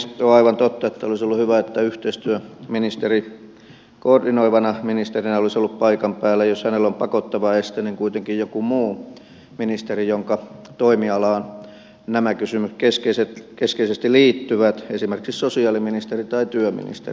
tuo on aivan totta että olisi ollut hyvä että yhteistyöministeri koordinoivana ministerinä olisi ollut paikan päällä tai jos hänellä on pakottava este niin kuitenkin joku muu ministeri jonka toimialaan nämä kysymykset keskeisesti liittyvät esimerkiksi sosiaaliministeri tai työministeri